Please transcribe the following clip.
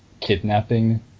kidnapping